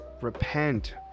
repent